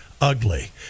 ugly